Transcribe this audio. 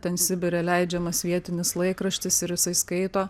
ten sibire leidžiamas vietinis laikraštis ir jisai skaito